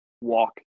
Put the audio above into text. walk